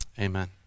Amen